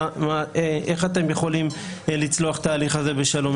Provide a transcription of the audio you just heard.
איך הם יכולים לצלוח את ההליך הזה בשלום,